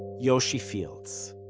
yoshi fields.